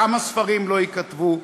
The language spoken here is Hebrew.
כמה ספרים לא ייכתבו,